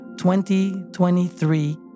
2023